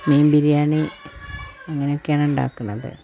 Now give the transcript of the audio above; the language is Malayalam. മീൻ ബിരിയാണി അങ്ങനെയൊക്കെ ആണ് ഉണ്ടാക്കുന്നത്